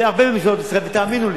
ותאמינו לי,